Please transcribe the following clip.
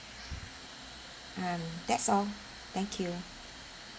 um that's all thank you